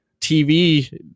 TV